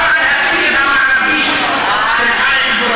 פלסטינית ואחדה".